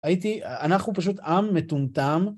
הייתי, אנחנו פשוט עם מטומטם.